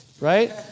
right